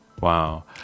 Wow